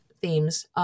themes